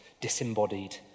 disembodied